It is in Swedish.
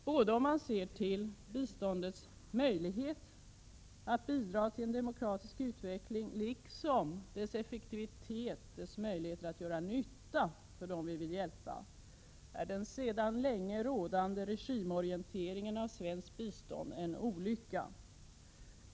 Både om man ser till biståndets möjlighet att bidra till en demokratisk utveckling och om man ser till biståndets effektivitet, dess möjlighet att göra nytta för dem vi vill hjälpa, är den sedan länge rådande regimorienteringen av svenskt bistånd en olycka.